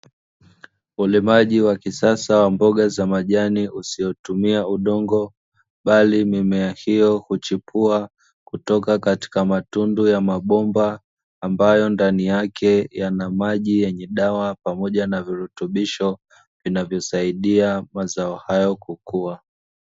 Ulimaji wa kisasa wa mboga za majani usiotumia udongo bali mimea hiyo huchipua kutoka katika matundu ya mabomba, ambayo ndani yake yana maji yenye dawa pamoja na virutubisho vinavyosaidia mazao hayo kukua.